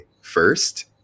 first